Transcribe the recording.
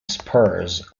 spurs